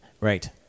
right